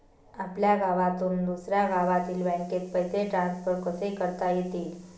आपल्या गावातून दुसऱ्या गावातील बँकेत पैसे ट्रान्सफर कसे करता येतील?